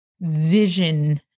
vision